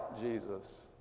Jesus